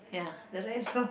the rest of